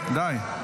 די,